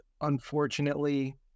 unfortunately